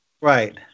Right